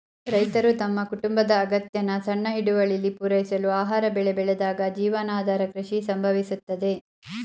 ರೈತರು ತಮ್ಮ ಕುಟುಂಬದ ಅಗತ್ಯನ ಸಣ್ಣ ಹಿಡುವಳಿಲಿ ಪೂರೈಸಲು ಆಹಾರ ಬೆಳೆ ಬೆಳೆದಾಗ ಜೀವನಾಧಾರ ಕೃಷಿ ಸಂಭವಿಸುತ್ತದೆ